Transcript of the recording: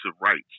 rights